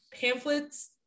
pamphlets